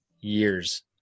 years